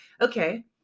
Okay